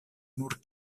nur